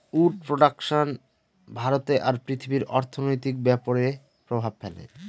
would production ভারতে আর পৃথিবীর অর্থনৈতিক ব্যাপরে প্রভাব ফেলে